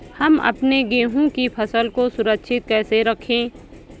हम अपने गेहूँ की फसल को सुरक्षित कैसे रखें?